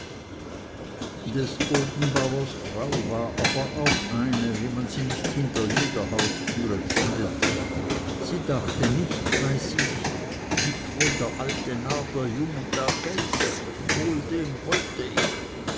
des bodenbauers frau war aber auch eine wie man sie nicht hinter jeder haustüre findet sie dachte nicht bei sich gibt wohl der alte narr der jungen da geld wohl dem wollte ich